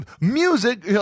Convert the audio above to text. Music